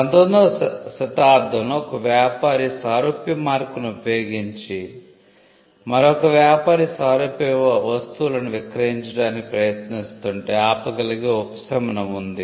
19 వ శతాబ్దంలో ఒక వ్యాపారి సారూప్య మార్కును ఉపయోగించి మరొక వ్యాపారి సారూప్య వస్తువులను విక్రయించడానికి ప్రయత్నిస్తుంటే ఆపగలిగే ఉపశమనం ఉంది